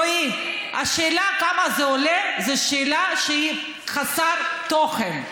רועי, השאלה כמה זה עולה זו שאלה שהיא חסרת תוכן.